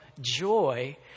joy